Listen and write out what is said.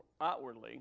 outwardly